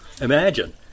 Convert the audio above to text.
imagine